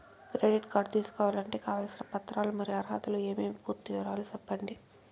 Credit card తీసుకోవాలంటే కావాల్సిన పత్రాలు మరియు అర్హతలు ఏమేమి పూర్తి వివరాలు సెప్పండి?